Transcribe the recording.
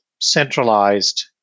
centralized